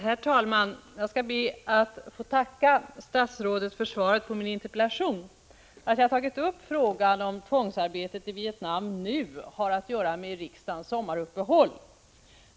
Herr talman! Jag skall be att få tacka statsrådet för svaret på min interpellation. Att jag tagit upp frågan om tvångsarbetet i Vietnam nu har att göra med riksdagens sommaruppehåll.